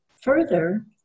Further